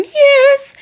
years